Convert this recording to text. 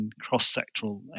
cross-sectoral